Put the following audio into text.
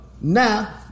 Now